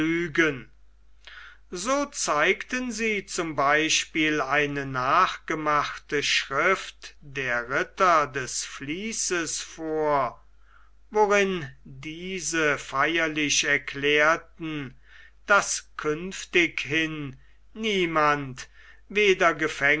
so zeigten sie zum beispiel eine nachgemachte schrift der ritter des vließes vor worin diese feierlich erklärten daß künftighin niemand weder